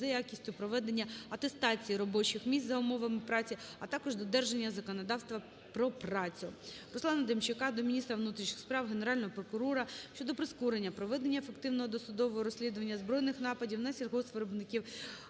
за якістю проведення атестації робочих місць за умовами праці, а також додержання законодавства про працю. РусланаДемчака до міністра внутрішніх справ, Генерального прокурора щодо прискорення проведення ефективного досудового розслідування збройних нападів на сільгоспвиробників